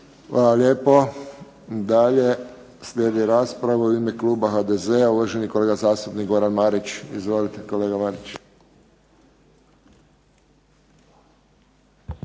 Hvala lijepo. Dalje slijedi rasprava u ime kluba HDZ-a, uvaženi kolega zastupnik Goran Marić. Izvolite, kolega Marić.